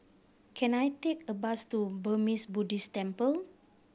can I take a bus to Burmese Buddhist Temple